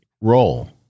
roll